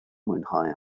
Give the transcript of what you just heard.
mwynhau